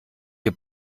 ihr